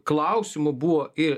klausimų buvo ir